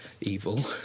Evil